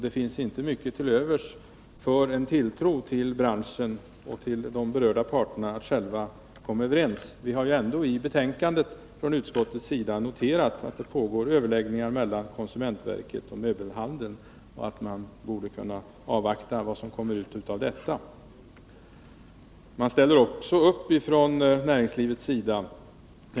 Det finns inte mycket till övers för en tilltro till branschen och till berörda parter när det gäller att själva komma överens. Utskottet konstaterar ändå i betänkandet att det pågår överläggningar mellan konsumentverket och möbelhandeln och att man borde kunna avvaktz resultatet av dessa. Också från näringslivets sida ställer man upp.